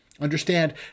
Understand